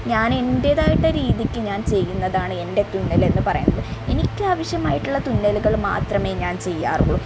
ഞാൻ എന്റേതായിട്ട് രീതിക്ക് ഞാൻ ചെയ്യുന്നതാണെൻ്റെ തുന്നല് എന്ന് പറയുന്നത് എനിക്കാവശ്യമായിട്ടുള്ള തുന്നലുകൾ മാത്രമേ ഞാൻ ചെയ്യാറുള്ളു